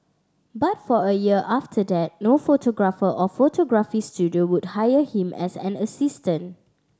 but for a year after that no photographer or photography studio would hire him as an assistant